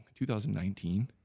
2019